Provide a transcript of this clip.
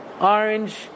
orange